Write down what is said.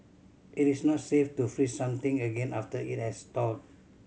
it is not safe to freeze something again after it has thawed